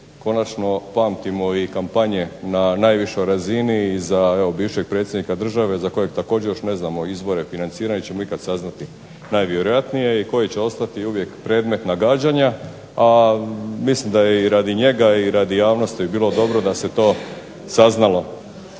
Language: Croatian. konačno pamtimo i kampanje na najvišoj razini i za bivšeg predsjednika države za kojeg još ne znamo izvore financiranja niti ikada ćemo saznati i koji će ostati uvijek predmet nagađanja. A mislim da je radi njega i radi javnosti bilo dobro da se to saznalo.